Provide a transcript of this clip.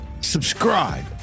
subscribe